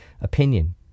opinion